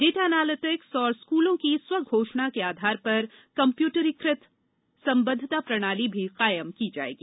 data analytics और स्कूलों की स्व घोषणा के आधार पर कम्यूटरीकृत संबद्धता प्रणाली भी कायम की जाएगी